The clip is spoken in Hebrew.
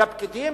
לפקידים: